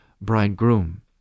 bridegroom